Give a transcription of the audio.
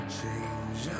change